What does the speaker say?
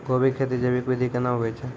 गोभी की खेती जैविक विधि केना हुए छ?